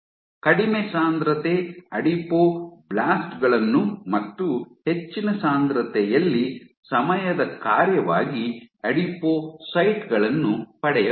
ಕಡಿಮೆ ಸಾಂದ್ರತೆ ಆಸ್ಟಿಯೋಬ್ಲಾಸ್ಟ್ ಗಳನ್ನು ಮತ್ತು ಹೆಚ್ಚಿನ ಸಾಂದ್ರತೆಯಲ್ಲಿ ಸಮಯದ ಕಾರ್ಯವಾಗಿ ಅಡಿಪೋಸೈಟ್ ಗಳನ್ನು ಪಡೆಯಬಹುದು